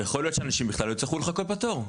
יכול להיות שאנשים בכלל לא יצטרכו לחכות בתור,